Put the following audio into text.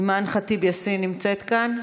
אימאן ח'טיב יאסין נמצאת כאן?